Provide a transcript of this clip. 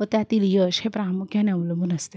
व त्यातील यश हे प्रामुख्याने अवलंबून असते